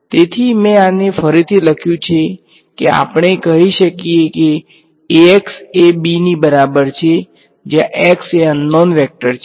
તેથી મેં આને ફરીથી લખ્યું છે કે આપણે કહી શકીએ કે Ax એ b ની બરાબર છે જ્યાં x એ અન નોન વેક્ટર છે